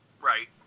Right